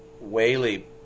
Whaley